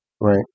Right